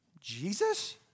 Jesus